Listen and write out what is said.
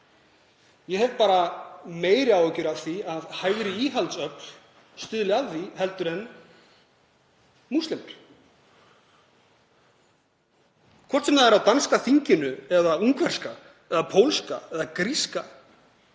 Ég hef bara meiri áhyggjur af því að hægri íhaldsöfl stuðli að því heldur en múslimar. Hvort sem það er á danska þinginu eða ungverska eða pólska eða gríska